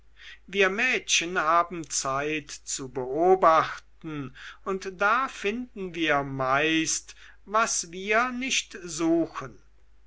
wir mädchen haben zeit zu beobachten und da finden wir meist was wir nicht suchten